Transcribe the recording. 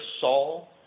Saul